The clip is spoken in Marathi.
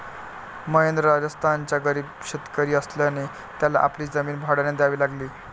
महेंद्र राजस्थानचा गरीब शेतकरी असल्याने त्याला आपली जमीन भाड्याने द्यावी लागली